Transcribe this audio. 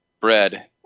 bread